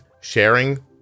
Sharing